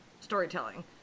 storytelling